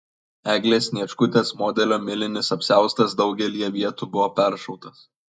eglės sniečkutės modelio milinis apsiaustas daugelyje vietų buvo peršautas